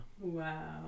Wow